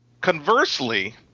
Conversely